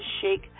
shake